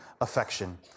affection